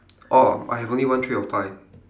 orh I only have one tray of pie